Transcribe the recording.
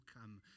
come